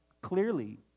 clearly